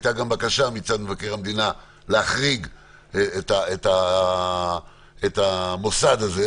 הייתה גם בקשה מצד מבקר המדינה להחריג את המוסד הזה,